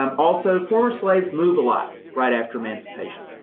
um also, former slaves moved a lot right after emancipation.